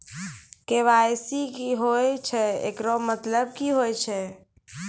KYC की होय छै, एकरो मतलब की होय छै?